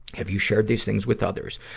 have you share these things with others?